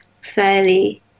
fairly